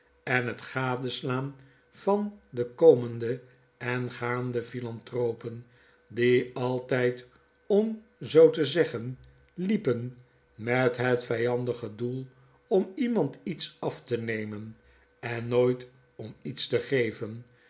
en het gadeslaan van de komende en gaande philanthropen die altyd om zoo te zeggen liepen met het vijandige doel om iemand iets af te nemen en nooit om iets te geven